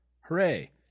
Hooray